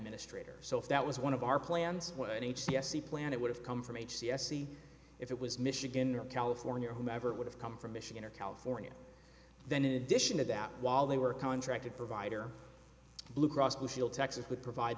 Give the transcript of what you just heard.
administrator so if that was one of our plans in each c s e plan it would have come from a c s e if it was michigan or california or whomever would have come from michigan or california then in addition to that while they were contracted provider blue cross blue shield texas would provide